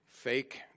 Fake